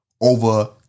over